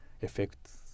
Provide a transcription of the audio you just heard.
effects